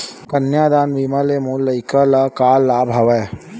कन्यादान बीमा ले मोर लइका ल का लाभ हवय?